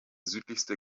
südlichste